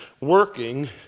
working